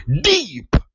Deep